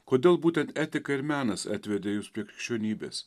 kodėl būtent etika ir menas atvedė jus prie krikščionybės